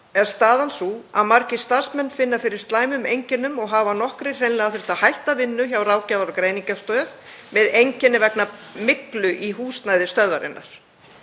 er staðan sú að margir starfsmenn finna fyrir slæmum einkennum og hafa nokkrir hreinlega þurft að hætta vinnu hjá Ráðgjafar- og greiningarstöð með einkenni vegna myglu í húsnæði stöðvarinnar.